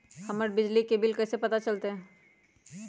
हमर बिजली के बिल कैसे पता चलतै?